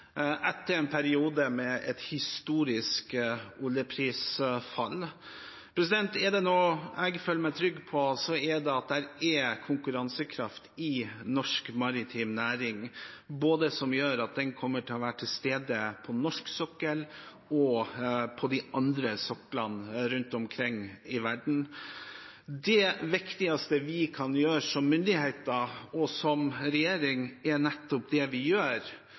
etter en periode med et historisk oljeprisfall. Er det noe jeg føler meg trygg på, er det at det er konkurransekraft i norsk maritim næring, som gjør at den kommer til å være til stede både på norsk sokkel og på de andre soklene rundt omkring i verden. Det viktigste vi kan gjøre som myndighet og som regjering, er nettopp det vi gjør,